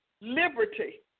liberty